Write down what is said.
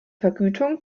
vergütung